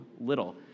little